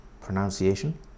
pronunciation